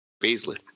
Beasley